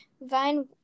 Vine